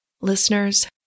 Listeners